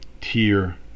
tier